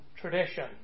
tradition